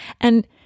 And-